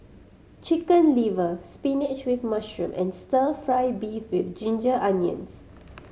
Chicken Liver spinach with mushroom and Stir Fry beef with ginger onions